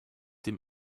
dem